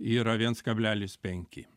yra viens kablelis penki